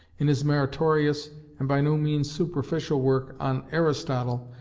in his meritorious and by no means superficial work on aristotle,